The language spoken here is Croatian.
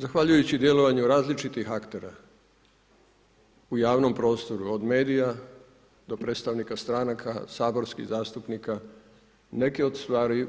Zahvaljujući djelovanju različitih aktera u javnom prostoru, od medija do predstavnika stranaka, saborskih zastupnika, neke od stvari